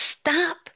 stop